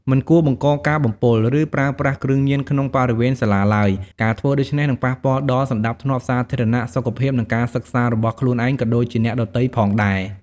មិនគួរបង្កការបំពុល ឬប្រើប្រាស់គ្រឿងញៀនក្នុងបរិវេណសាលាឡើយ ការធ្វើដូច្នេះនឹងប៉ះពាល់ដល់សណ្តាប់ធ្នាប់សាធារណៈ សុខភាព និងការសិក្សារបស់ខ្លួនឯង ក៏ដូចជាអ្នកដទៃផងដែ។